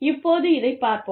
இப்போது இதைப் பார்ப்போம்